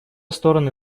стороны